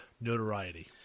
notoriety